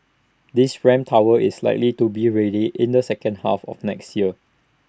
this ramp tower is likely to be ready in the second half of next year